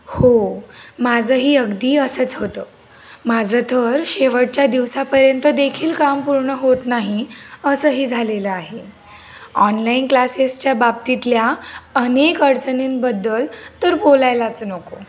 हो माझं ही अगदी असंच होतं माझं तर शेवटच्या दिवसापर्यंत देखील काम पूर्ण होत नाही असंही झालेलं आहे ऑनलाईन क्लासेसच्या बाबतीतल्या अनेक अडचणींबद्दल तर बोलायलाच नको